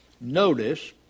Notice